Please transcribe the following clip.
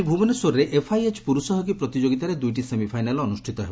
ଆକି ଭୁବନେଶ୍ୱରରେ ଏଫ୍ଆଇଏଚ୍ ପୁରୁଷ ହକି ପ୍ରତିଯୋଗିତାରେ ଦୁଇଟି ସେମିଫାଇନାଲ୍ ଅନୁଷିତ ହେବ